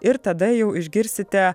ir tada jau išgirsite